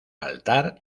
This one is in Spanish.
altar